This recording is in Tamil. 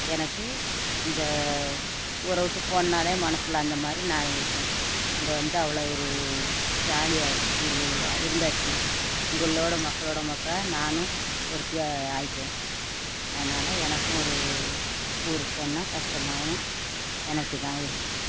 எனக்கு இந்த ஊரை விட்டு போகணுன்னாலே மனதில் அந்தமாதிரி நான் இருக்கேன் இங்கே வந்து அவ்வளோ ஒரு ஜாலியாக இரு இரு இருந்தாச்சு இங்கே உள்ள மக்களோட மக்களாக நானும் ஒருத்தியாக ஆயிட்டேன் அதனால எனக்கும் ஒரு ஊருக்கு போகணுன்னா கஷ்டமாகவும் எனக்கு இதாகும் இருக்கும்